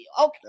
Okay